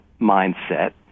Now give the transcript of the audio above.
mindset